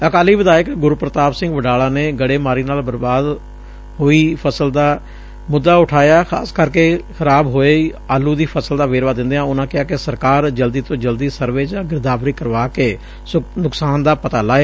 ਅਕਾਲੀ ਵਿਧਾਇਕ ਗੁਰਪ੍ਰਤਾਪ ਸਿੰਘ ਵਡਾਲਾ ਨੇ ਗੜ੍ਰੇਮਾਰੀ ਨਾਲ ਬਰਬਾਦ ਹੋਈ ਫਸਲ ਦਾ ਮੁੱਦਾ ਉਠਾਇਆ ਖ਼ਾਸ ਕਰਕੇ ਖਰਾਬ ਹੋਈ ਆਲੁ ਦੀ ਫਸਲ ਦਾ ਵੇਰਵਾ ਦਿੰਦਿਆਂ ਉਨੂਾਂ ਕਿਹਾ ਕਿ ਸਰਕਾਰ ਜਲਦੀ ਤੋਂ ਜਲਦੀ ਸਰਵੇ ਜਾਂ ਗਿਰਦਾਵਰੀ ਕਰਵਾ ਕੇ ਨੁਕਸਾਨ ਦਾ ਪਤਾ ਲਾਵੇ